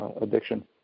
addiction